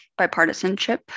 bipartisanship